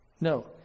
No